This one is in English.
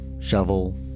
shovel